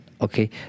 okay